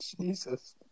Jesus